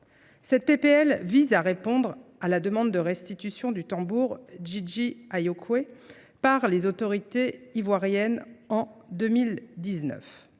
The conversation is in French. Cette PPL vise à répondre à la demande de restitution du tambour Gigi Ayokwe par les autorités ivoiriennes en 2019.